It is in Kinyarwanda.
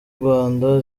rwanda